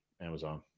Amazon